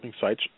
sites